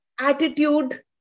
Attitude